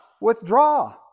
withdraw